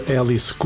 Alice